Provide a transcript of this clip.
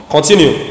Continue